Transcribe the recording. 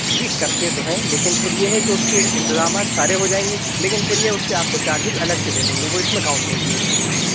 جی کرتے تو ہیں لیکن پھر یہ ہے کہ اُس کے انتظامات سارے ہو جائیں گے لیکن پھر یہ اُس کے آپ کو چارجیز الگ سے دینے ہوں گے وہ اِس میں کاؤنٹ نہیں کیا جائے گا